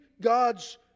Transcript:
God's